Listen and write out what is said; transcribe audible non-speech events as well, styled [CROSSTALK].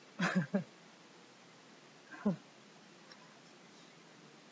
[LAUGHS]